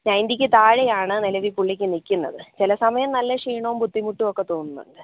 നയൻറ്റിക്ക് താഴെയാണ് നിലവിൽ പുള്ളിക്ക് നിക്കുന്നത് ചിലസമയം നല്ല ക്ഷീണോം ബുദ്ധിമുട്ടുമൊക്കെ തോന്നുന്നുണ്ട്